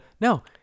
No